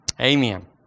Amen